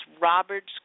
Roberts